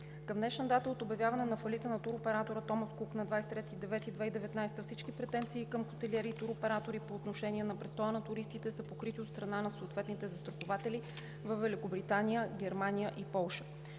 Към днешна дата от обявяване на фалита на туроператора „Томас Кук“ на 23 септември 2019 г. всички претенции към хотелиери и туроператори по отношение на престоя на туристите са покрити от страна на съответните застрахователи във Великобритания, Германия и Полша.